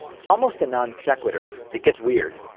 it's almost a non sequitur. it gets weird.